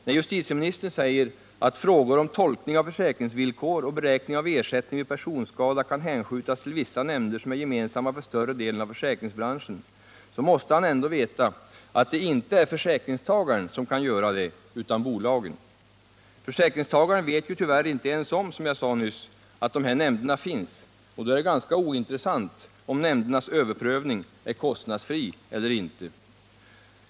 När justitieministern säger att frågor orn tolkning av försäkringsvillkor och beräkning av ersättning vid personskada kan hänskjutas till vissa nämnder som är gemensamma för större delen av försäkringsbranschen, måste han ändå veta att det inte är försäkringstagaren som kan göra detta utan bolagen. Försäkringstagaren vet tyvärr inte ens om, som jag sade nyss, att de här nämnderna finns, och då är det ganska ointressant om nämndernas överprövning är kostnadsfri eller inte.